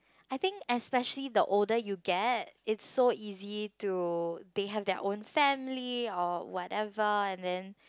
I think especially the older you get it's so easy to they have their own family or whatever and then